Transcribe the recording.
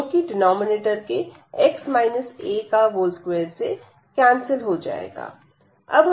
जो कि डिनॉमिनेटर के 2 से कैंसिल हो जाएगा